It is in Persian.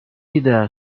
دیده